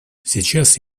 сейчас